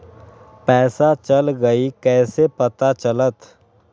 पैसा चल गयी कैसे पता चलत?